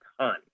ton